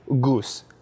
goose